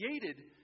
created